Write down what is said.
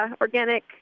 Organic